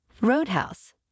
Roadhouse